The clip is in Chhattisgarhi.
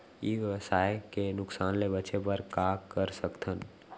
ई व्यवसाय के नुक़सान ले बचे बर का कर सकथन?